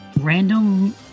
Random